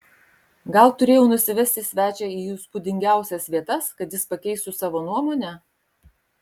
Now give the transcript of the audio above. gal turėjau nusivesti svečią į įspūdingiausias vietas kad jis pakeistų savo nuomonę